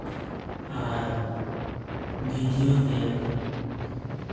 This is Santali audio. ᱟᱨ ᱵᱷᱤᱰᱤᱭᱳ ᱧᱮᱞ